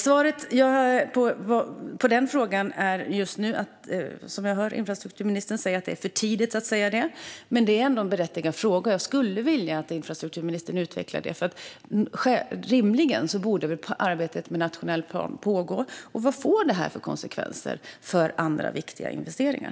Svaret på den frågan är just nu, som vi har hört infrastrukturministern säga, att det är för tidigt att säga det. Men det är ändå en berättigad fråga, och jag skulle vilja att infrastrukturministern utvecklar det. Rimligen borde väl arbetet med nationell plan pågå. Vad får det här för konsekvenser för andra viktiga investeringar?